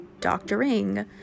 doctoring